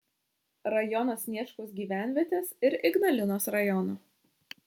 rajono sniečkaus gyvenvietės ir ignalinos rajono